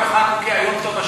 אוי חנוכה א יום טוב,